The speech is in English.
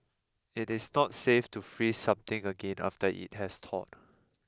it is not safe to freeze something again after it has thawed